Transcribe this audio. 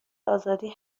آزادی